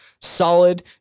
solid